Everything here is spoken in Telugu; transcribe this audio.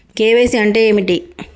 కే.వై.సీ అంటే ఏమిటి?